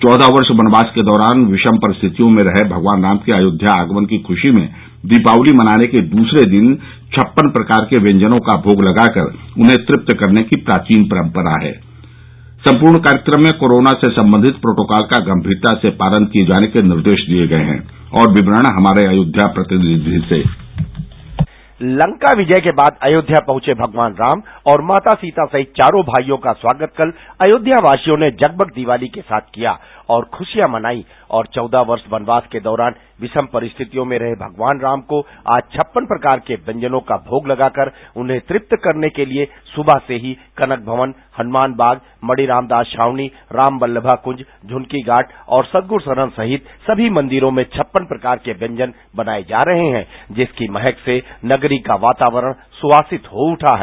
चौदह वर्ष वनवास के दौरान विषम परिस्थियों में रहे भगवान राम के अयोध्या आगमन की खुशी में दीपावली मनाने के दूसरे दिन छप्पन प्रकार के व्यंजनों का भोग लगाकर उन्हें तृप्त करने की प्राचीन परंपरा है सम्पूर्ण कायर्क्रम में कोरोना से सम्बंधित प्रोटोकाल का गंभीरता से पालन किये जाने के निर्देश दिए गए हैं और विवरण हमारे अयोध्या प्रतिनिधि से लंका विजय के बाद अयोध्या पहुंचे भगवान राम और माता सीता सहित चारों भाइयों का स्वागत कल अयोध्या वासियों ने जगमग दीवाली के साथ किया और खुशियाँ मानायी और चौदह वर्ष वनवास के दौरान विषम परिस्थियों में रहे भगवान राम को आज ष्ठपन प्रकार के व्यंजनों का भोग तगाँकर उन्हें तृत करने के लिए सुबह से ही कनक भवन हनुमान बागमणिराम दास घावनीराम्बल्मा कुअपझनकी घाट और सदगुर सदन सहित समी मंदिरों में छपन प्रकार के व्यंजन बनाये जा रहे हैं जिनकी महक से नगरी का वातावरण सुवासित हो उता है